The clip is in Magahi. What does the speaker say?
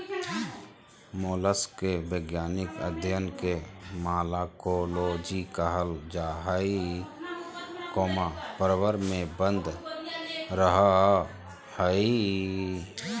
मोलस्क के वैज्ञानिक अध्यन के मालाकोलोजी कहल जा हई, प्रवर में बंद रहअ हई